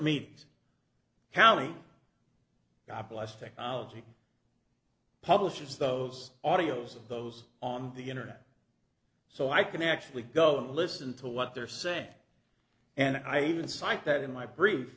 calley god bless technology publishes those audios of those on the internet so i can actually go and listen to what they're saying and i even cite that in my brief